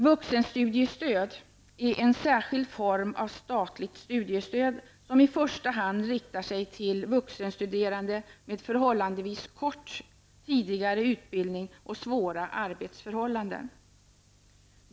Vuxenstudiestöd är en särskild form av statligt studiestöd som i första hand riktar sig till vuxenstuderande med förhållandevis kort tidigare utbildning och svåra arbetsförhållanden.